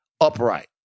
upright